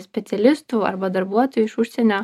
specialistų arba darbuotojų iš užsienio